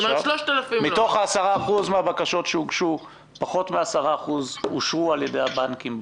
מתוך 10% הבקשות שנבדקו והוגשו פחות מ-10% אושרו על ידי הבנקים בפועל,